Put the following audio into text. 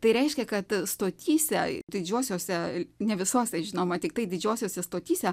tai reiškia kad stotyse didžiosiose ne visose žinoma tiktai didžiosiose stotyse